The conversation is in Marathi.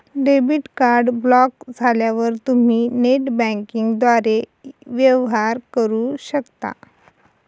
डेबिट कार्ड ब्लॉक झाल्यावर तुम्ही नेट बँकिंगद्वारे वेवहार करू शकता